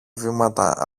βήματα